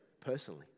personally